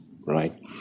right